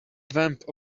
vamp